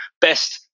Best